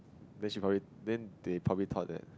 then she probably then they probably thought that